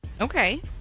Okay